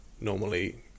normally